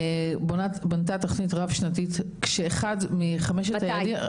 בנתה תוכנית רב-שנתית כשאחד מחמשת היעדים --- מתי?